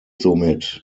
somit